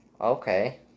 Okay